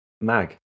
mag